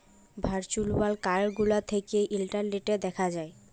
virtual যে card গুলা থ্যাকে ইলটারলেটে দ্যাখা যায়